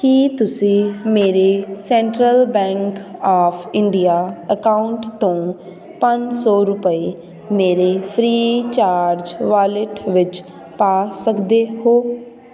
ਕੀ ਤੁਸੀਂ ਮੇਰੇ central bank of India account ਤੋਂ ਪੰਜ ਸੌ ਰੁਪਏ ਮੇਰੇ ਫ੍ਰੀਚਾਰਜ ਵਾਲਿਟ ਵਿੱਚ ਪਾ ਸਕਦੇ ਹੋ